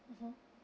mmhmm